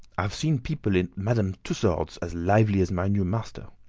i've seen people at madame tussaud's as lively as my new master!